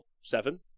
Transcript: seven